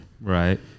Right